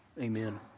Amen